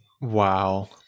Wow